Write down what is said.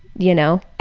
you know.